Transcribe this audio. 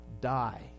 die